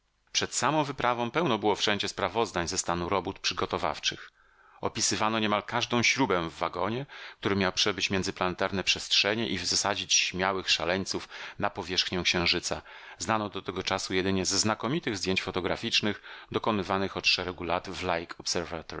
przed samą wyprawą pełno było wszędzie sprawozdań ze stanu robót przygotowawczych opisywano niemal każdą śrubę w wagonie który miał przebyć międzyplanetarne przestrzenie i wysadzić śmiałych szaleńców na powierzchnię księżyca znaną do tego czasu jedynie ze znakomitych zdjęć fotograficznych dokonywanych od szeregu lat